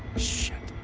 shit!